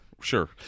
sure